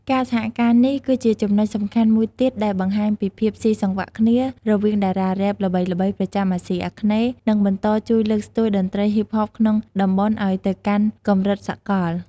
ការសហការនេះគឺជាចំណុចសំខាន់មួយទៀតដែលបង្ហាញពីភាពស៊ីសង្វាក់គ្នារវាងតារារ៉េបល្បីៗប្រចាំអាស៊ីអាគ្នេយ៍ និងបន្តជួយលើកស្ទួយតន្ត្រីហ៊ីបហបក្នុងតំបន់ឱ្យទៅកាន់កម្រិតសកល។